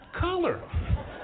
color